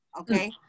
okay